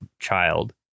child